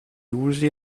usi